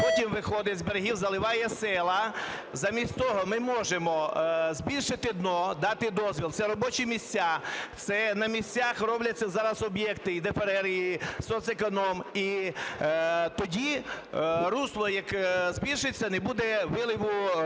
потім виходить з берегів і заливає села. Замість того ми можемо збільшити дно, дати дозвіл. Це робочі місця, це на місцях робляться зараз об'єкти і ДФРР, і соцеконом. І тоді русло збільшиться, не буде виливу